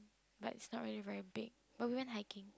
but it's not really very big but we went hiking